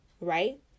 Right